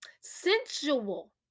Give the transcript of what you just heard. Sensual